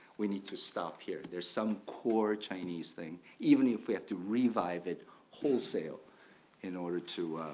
we need to stop here. there's some core chinese thing, even if we have to revive it wholesale in order to